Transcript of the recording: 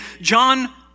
John